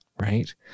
right